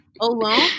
alone